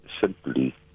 simply